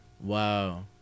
Wow